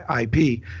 IP